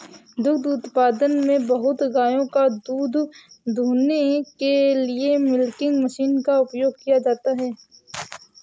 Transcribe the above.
दुग्ध उत्पादन में बहुत गायों का दूध दूहने के लिए मिल्किंग मशीन का उपयोग किया जाता है